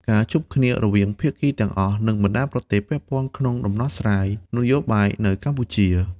ការជួបគ្នារវាងភាគីទាំងអស់និងបណ្តាប្រទេសពាក់ព័ន្ធក្នុងដំណោះស្រាយ នយោបាយនៅកម្ពុជា។